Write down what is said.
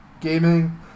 gaming